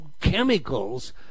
chemicals